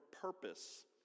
purpose